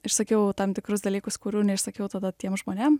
išsakiau tam tikrus dalykus kurių neišsakiau tada tiem žmonėm